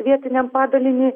vietiniam padaliniui